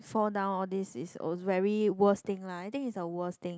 fall down all these is also very worst thing I think it's a worst thing